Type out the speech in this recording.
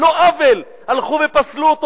על לא עוול, הלכו ופסלו אותו.